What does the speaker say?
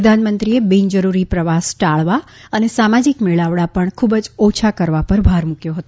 પ્રધાનમંત્રીએ બીનજરૂરી પ્રવાસ ટાળવા અને સામાજિક મેળાવડા પણ ખુબ જ ઓછા કરવા પર ભાર મુકયો છે